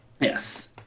Yes